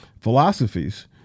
philosophies